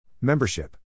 Membership